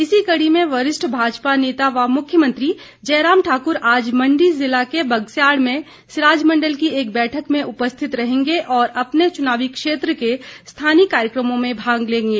इसी कड़ी में वरिष्ठ भाजपा नेता व मुख्यमंत्री जयराम ठाक्र आज मंडी जिला के बगस्याड़ में सिराज मंडल की एक बैठक में उपस्थित रहेंगे और अपने चुनावी क्षेत्र के स्थानीय कार्यक्रमों में भाग लेंगे